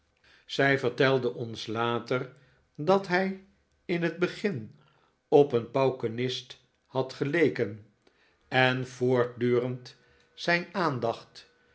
zij vertelde ons later dat hij in het begin op een paukenist had geleken en david copperfield voortdurend zijn aandacht